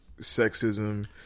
Sexism